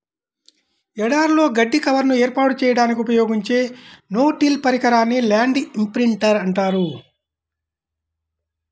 ఎడారులలో గడ్డి కవర్ను ఏర్పాటు చేయడానికి ఉపయోగించే నో టిల్ పరికరాన్నే ల్యాండ్ ఇంప్రింటర్ అంటారు